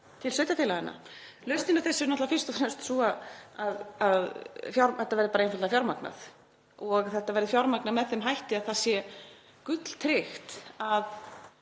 til sveitarfélaganna. Lausnin á þessu er náttúrlega fyrst og fremst sú að þetta verði einfaldlega fjármagnað og að þetta verði fjármagnað með þeim hætti að það sé gulltryggt að